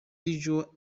visual